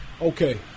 Okay